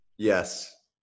Yes